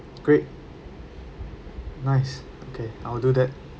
great nice okay I'll do that